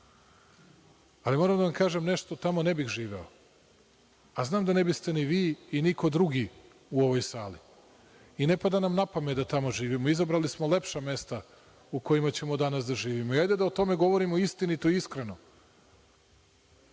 Ali, moram da vam kažem nešto, tamo ne bih živeo, a znam da ne biste ni vi i niko drugi u ovoj sali i ne pada nam na pamet da tamo živimo. Izabrali smo lepša mesta u kojima ćemo danas da živimo. Hajde da o tome govorimo istinito i iskreno. Da